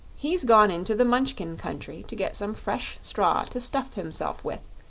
he's gone into the munchkin country to get some fresh straw to stuff himself with,